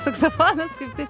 saksofonas kaip tik